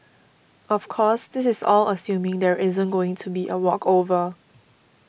of course this is all assuming there isn't going to be a walkover